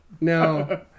no